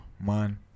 man